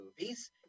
movies